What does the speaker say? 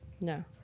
No